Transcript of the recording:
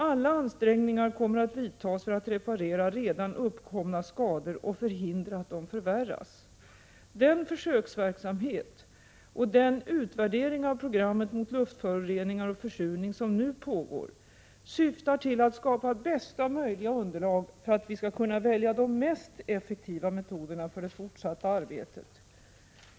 Alla ansträngningar kommer att vidtas för att reparera redan uppkomna skador och förhindra att de förvärras. Den försöksverksamhet och den utvärdering av programmet mot luftföroreningar och försurning som nu pågår syftar till att skapa bästa möjliga underlag för att vi skall kunna välja de mest effektiva metoderna för det fortsatta arbetet.